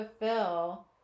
fulfill